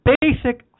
basic